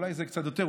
אולי קצת יותר,